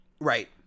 right